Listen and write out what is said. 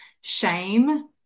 shame